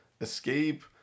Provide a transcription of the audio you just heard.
Escape